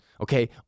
Okay